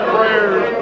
Prayers